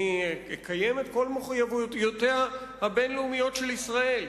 אני אקיים את כל מחויבויותיה הבין-לאומיות של ישראל.